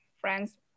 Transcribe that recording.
friends